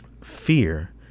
fear